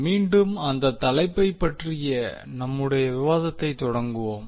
மீண்டும் அந்த தலைப்பைப் பற்றிய நம்முடைய விவாதத்தைத் தொடங்குவோம்